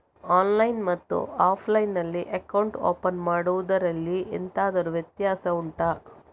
online ಮತ್ತು offline ನಲ್ಲಿ account open ಮಾಡುವುದರಲ್ಲಿ ಎಂತಾದರು ವ್ಯತ್ಯಾಸ ಉಂಟಾ